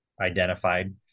identified